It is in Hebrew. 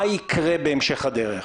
מה יקרה בהמשך הדרך.